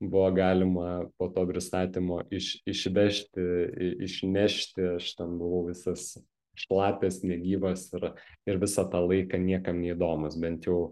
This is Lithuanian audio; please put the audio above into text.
buvo galima po to pristatymo iš išvežti i išnešti aš ten buvau visas šlapias negyvas ir ir visą tą laiką niekam neįdomus bent jau